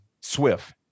Swift